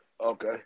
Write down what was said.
Okay